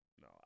no